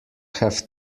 have